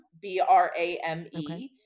B-R-A-M-E